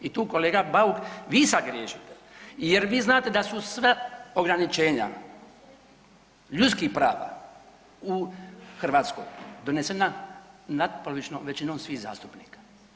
I tu kolega Bauk vi sad griješite jer vi znate da su sva ograničenja ljudskih prava u Hrvatskoj donešena natpolovičnom većinom svih zastupnika.